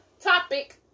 topic